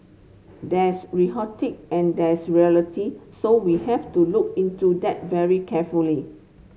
there's rhetoric and there's reality so we have to look into that very carefully